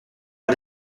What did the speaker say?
par